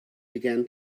began